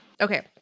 Okay